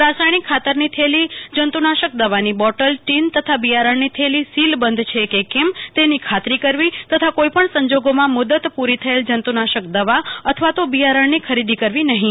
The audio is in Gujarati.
રાસાયણિક ખાતરની થેલી જં તુ નાશક દવાની બોટલ્દીન તથા બિયારણની થેલી સીલબંધ છે કે કેમ તેની ખાતરી કરવી તથા કોઇ પણ સંજોગોમાં મુ દત પુ રી થયેલ જં તુનાશક દવા અથા તો બિયારણની ખરીદી કરવી નહીં